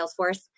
Salesforce